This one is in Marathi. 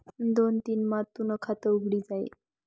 दोन दिन मा तूनं खातं उघडी जाई